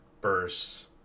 bursts